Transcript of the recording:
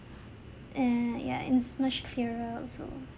err ya and it's much clearer also